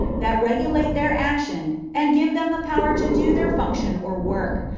that regulate their action and give them the power to do their function or work,